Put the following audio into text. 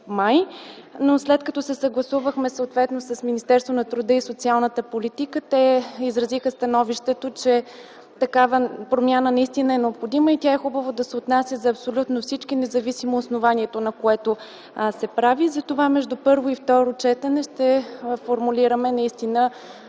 но след като съгласувахме съответно с Министерството на труда и социалната политика, те изразиха становището, че такава промяна наистина е необходима и е хубаво тя да се отнася за абсолютно всички, независимо основанието, на което се прави. Затова между първо и второ четене ще формулираме промените